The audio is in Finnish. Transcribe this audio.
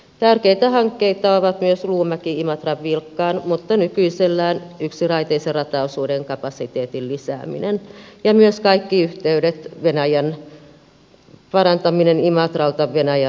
tärkeitä hankkeita ovat myös luumäkiimatran vilkkaan mutta nykyisellään yksiraiteisen rataosuuden kapasiteetin lisääminen sekä yhteyden parantaminen imatralta venäjän rajalle